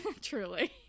Truly